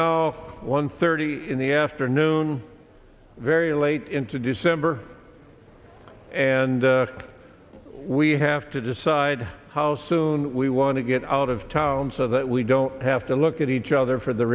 now one thirty in the afternoon very late into december and we have to decide how soon we want to get out of town so that we don't have to look at each other for the